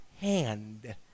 hand